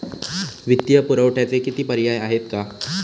वित्तीय पुरवठ्याचे किती पर्याय आहेत का?